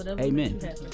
Amen